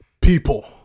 people